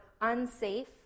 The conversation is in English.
unsafe